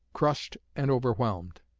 crushed and overwhelmed.